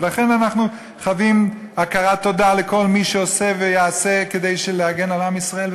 ולכן אנחנו חבים הכרת תודה לכל מי שעושה ויעשה כדי להגן על עם ישראל,